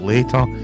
Later